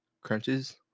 crunches